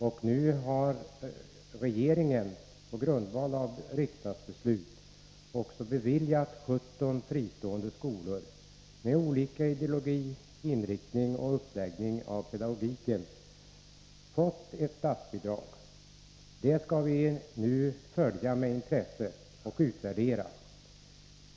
Och nu har regeringen, på grundval av riksdagsbeslut, också beviljat statsbidrag till 17 fristående skolor med olika ideologi, inriktning och uppläggning av pedagogiken. Detta skall vi nu följa med intresse och utvärdera.